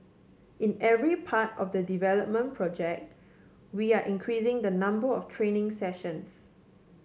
in every part of the development project we are increasing the number of training sessions